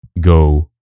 go